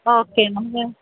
okay